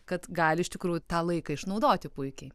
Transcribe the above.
kad gali iš tikrųjų tą laiką išnaudoti puikiai